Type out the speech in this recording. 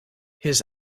his